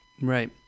Right